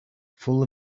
full